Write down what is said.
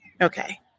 Okay